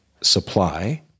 supply